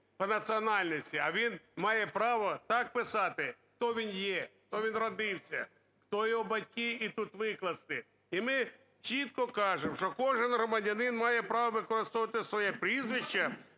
а він має право так писати: хто він є, хто він народився, хто його батьки, і тут викласти. І ми чітко кажемо, що кожен громадянин має право використовувати своє прізвище